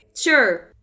Sure